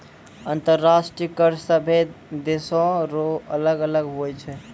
अंतर्राष्ट्रीय कर सभे देसो रो अलग अलग हुवै छै